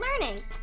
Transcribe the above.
learning